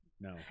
No